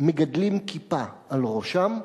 מגדלים כיפה על ראשם,